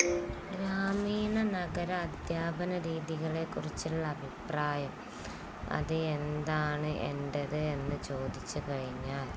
ഗ്രാമീണ നഗര അധ്യാപന രീതികളെ കുുറിച്ചുള്ള അഭിപ്രായം അത് എന്താണ് എന്റേത് എന്നു ചോദിച്ചുകഴിഞ്ഞാൽ